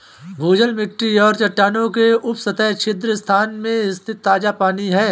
भूजल मिट्टी और चट्टानों के उपसतह छिद्र स्थान में स्थित ताजा पानी है